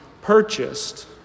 purchased